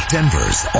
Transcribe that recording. Denver's